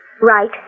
right